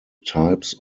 types